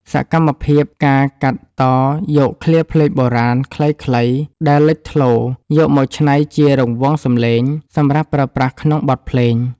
សកម្មភាព ការកាត់តយកឃ្លាភ្លេងបុរាណខ្លីៗដែលលេចធ្លោ យកមកច្នៃជារង្វង់សំឡេង សម្រាប់ប្រើប្រាស់ក្នុងបទភ្លេង។